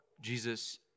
Jesus